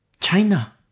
China